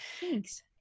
Thanks